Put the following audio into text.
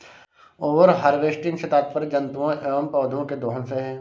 over harvesting से तात्पर्य जंतुओं एंव पौधौं के दोहन से है